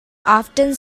often